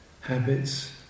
habits